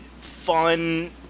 fun